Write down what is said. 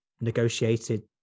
negotiated